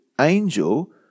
angel